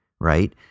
right